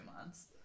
months